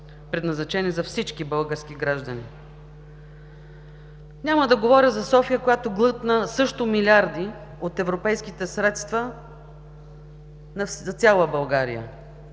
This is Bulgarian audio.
предназначени за всички български граждани. Няма да говоря за София, която глътна също милиарди от европейските средства за цяла България